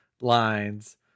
lines